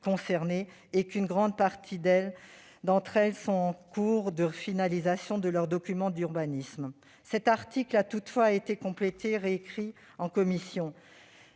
concernées et qu'une grande partie d'entre elles sont en train de terminer l'élaboration de leur document d'urbanisme. Cet article a toutefois été complètement réécrit en commission.